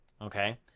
Okay